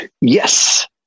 Yes